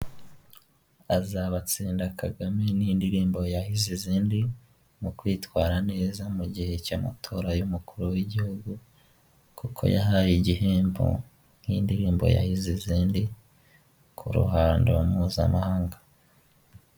Azabatsinda Kagame ni indirimbo yahize izindi mu kwitwara neza mu gihe cy'amatora y'umukuru w'igihugu, kuko yahaye igihembo nk'indirimbo yahize izindi ku ruhando mpuzamahanga.